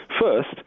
first